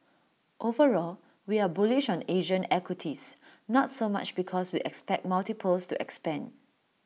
overall we are bullish on Asian equities not so much because we expect multiples to expand